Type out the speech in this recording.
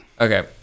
Okay